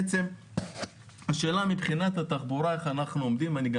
ובעצם השאלה מבחינת התחבורה איך אנחנו עומדים ואני גם